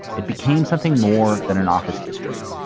it became something more than an office district.